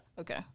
Okay